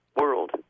world